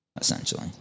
essentially